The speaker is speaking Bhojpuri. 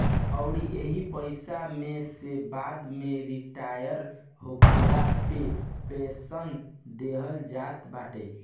अउरी एही पईसा में से बाद में रिटायर होखला पे पेंशन देहल जात बाटे